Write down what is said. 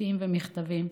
משפטים ומכתבים.